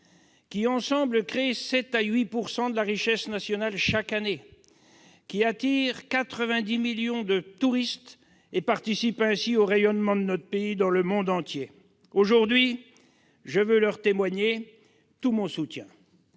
Ensemble, ils créent 7 % à 8 % de la richesse nationale chaque année. Ils attirent 90 millions de touristes et participent ainsi au rayonnement de notre pays dans le monde entier. Aujourd'hui, je veux leur témoigner tout mon soutien.